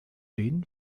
den